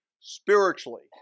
spiritually